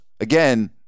again